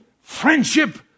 friendship